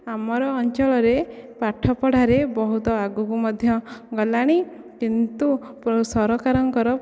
ଆମର ଅଞ୍ଚଳରେ ପାଠ ପଢ଼ାରେ ବହୁତ ଆଗକୁ ମଧ୍ୟ ଗଲାଣି କିନ୍ତୁ ସରକାରଙ୍କ ର